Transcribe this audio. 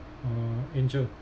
uh angel